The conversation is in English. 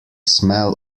smell